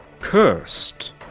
Cursed